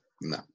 no